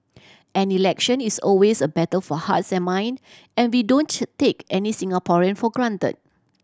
an election is always a battle for hearts and mind and we don't take any Singaporean for granted